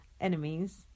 Enemies